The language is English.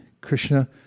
Krishna